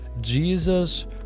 Jesus